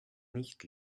nicht